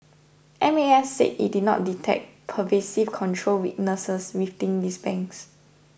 M A S said it did not detect pervasive control weaknesses within these banks